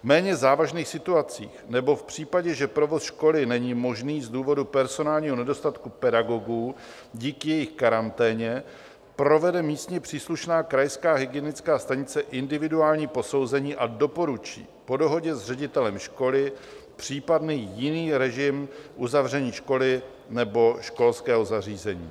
V méně závažných situacích nebo v případě, že provoz školy není možný z důvodu personálního nedostatku pedagogů díky jejich karanténě, provede místně příslušná krajská hygienická stanice individuální posouzení a doporučí po dohodě s ředitelem školy případný jiný režim uzavření školy nebo školského zařízení.